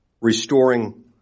restoring